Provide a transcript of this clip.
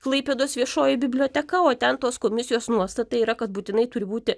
klaipėdos viešoji biblioteka o ten tos komisijos nuostatai yra kad būtinai turi būti